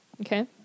Okay